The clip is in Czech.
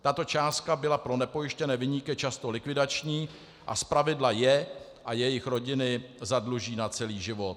Tato částka byla pro nepojištěné viníky často likvidační a zpravidla je a jejich rodiny zadluží na celý život.